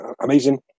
amazing